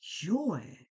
joy